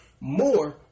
more